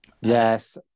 Yes